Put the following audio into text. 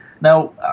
Now